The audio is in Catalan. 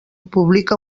publica